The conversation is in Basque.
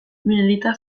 minerita